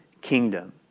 kingdom